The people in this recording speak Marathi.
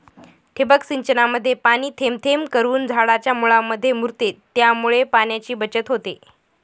ठिबक सिंचनामध्ये पाणी थेंब थेंब करून झाडाच्या मुळांमध्ये मुरते, त्यामुळे पाण्याची बचत होते